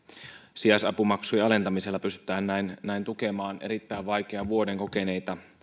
sijaisapumaksujen alentamisella pystytään näin näin tukemaan erittäin vaikean vuoden kokeneita